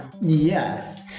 Yes